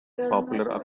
popular